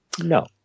no